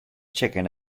chicken